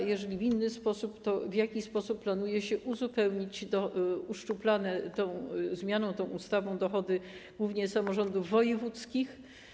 A jeżeli w inny sposób, to w jaki sposób planuje się uzupełnienie uszczuplanych tą zmianą, tą ustawą dochodów głównie samorządów wojewódzkich?